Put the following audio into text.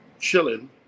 chilling